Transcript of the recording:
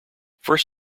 first